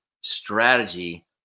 strategy